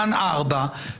לבין ההוראה בסעיף קטן (4).